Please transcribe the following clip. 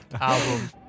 album